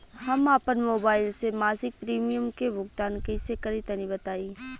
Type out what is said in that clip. हम आपन मोबाइल से मासिक प्रीमियम के भुगतान कइसे करि तनि बताई?